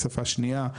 שפה שניה.